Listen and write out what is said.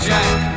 Jack